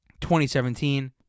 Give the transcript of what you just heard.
2017